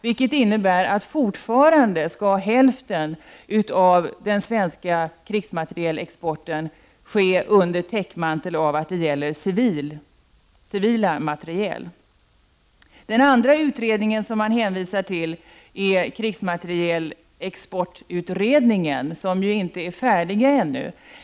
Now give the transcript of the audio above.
Det innebär att fortfarande skall hälften av den svenska krigsmaterielexporten ske under täckmantel av att det gäller civil materiel. Den andra utredning som man hänvisar till är krigsmaterielexportutredningen, som ju inte är färdig ännu.